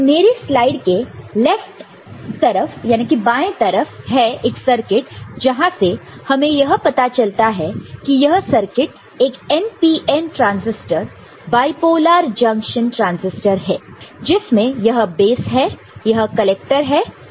तो मेरे स्लाइड के बाएं लेफ्ट left तरफ है सर्किट जहां से हमें यह पता चलता है कि यह सर्किट एक NPN transistor bipolar junction transistor है जिसमें यह बेस है यह कलेक्टर है और यह है एमीटर है